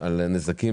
על נזקים